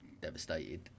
devastated